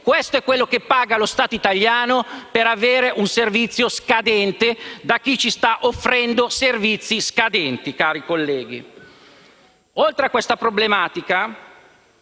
Questo è quello che paga lo Stato italiano per avere un servizio scadente da chi ci sta offrendo servizi scadenti, cari colleghi. Oltre a questa problematica,